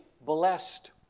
blessed